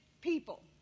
people